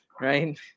Right